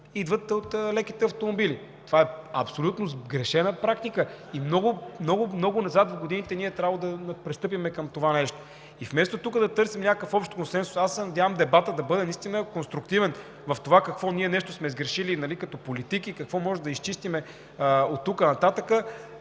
идват от леките автомобили. Това е абсолютно сгрешена практика и много назад в годините ние е трябвало да пристъпим към това нещо. И вместо тук да търсим някакъв общ консенсус, аз се надявам дебатът да бъде наистина конструктивен в това какво ние нещо сме сгрешили като политики и какво можем да изчистим оттук нататък,